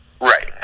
Right